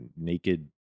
naked